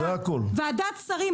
ועדת שרים,